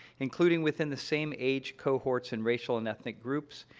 including within the same age cohorts and racial and ethnic groups,